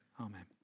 Amen